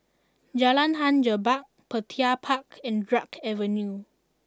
Jalan Hang Jebat Petir Park and Drake Avenue